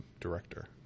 director